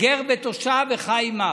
גר ותושב, וחי עמך".